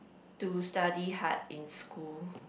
to study hard in school